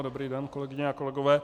Dobrý den, kolegyně a kolegové.